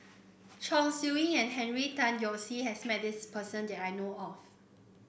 Chong Siew Ying and Henry Tan Yoke See has met this person that I know of